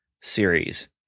series